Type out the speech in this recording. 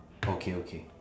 okay okay